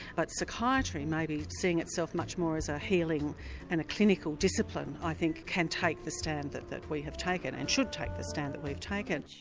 but psychiatry, maybe seeing itself much more as a healing and a clinical discipline, i think can take the stand that that we have taken and should take the stand that we have taken.